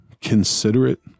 considerate